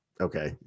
okay